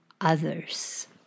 others